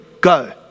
Go